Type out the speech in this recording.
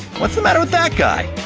what's the matter with that guy?